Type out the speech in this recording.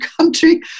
country